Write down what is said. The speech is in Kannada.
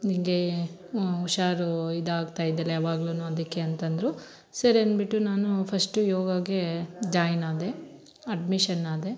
ನಿಂಗೇ ಹುಷಾರು ಇದಾಗ್ತ ಇದ್ಯಲ್ಲ ಯಾವಾಗಲೂ ಅದಕ್ಕೆ ಅಂತಂದರು ಸರಿ ಅಂದ್ಬಿಟ್ಟು ನಾನು ಫಶ್ಟು ಯೋಗಾಗೆ ಜಾಯ್ನ್ ಆದೆ ಅಡ್ಮಿಷನ್ ಆದೆ